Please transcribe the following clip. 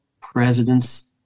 presidents